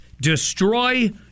Destroy